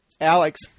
Alex